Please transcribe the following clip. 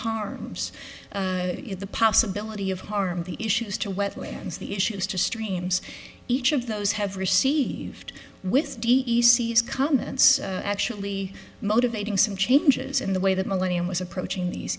harms the possibility of harm the issues to wetlands the issues to streams each of those have received with d e c s comments actually motivating some changes in the way that millennium was approaching these